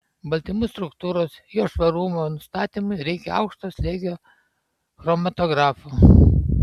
baltymų struktūros jos švarumo nustatymui reikia aukšto slėgio chromatografų